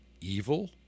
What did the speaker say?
evil